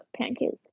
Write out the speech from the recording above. pancakes